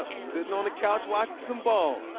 sitting on the couch watching some ball.